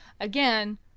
again